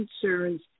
concerns